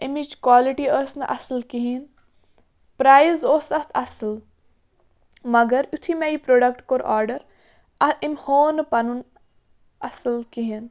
اَمِچ کالٹی ٲس نہٕ اَصٕل کِہیٖنۍ پرٛایِز اوس اَتھ اَصٕل مگر یُتھُے مےٚ یہِ پرٛوڈَکٹ کوٚر آرڈَر أمۍ ہوو نہٕ پَنُن اَصٕل کِہیٖنۍ